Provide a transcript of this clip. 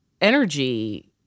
energy